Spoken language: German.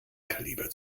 kaliber